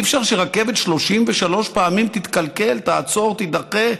אי-אפשר שרכבת 33 פעמים תתקלקל, תעצור, תידחה.